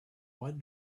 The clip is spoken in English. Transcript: what